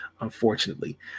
unfortunately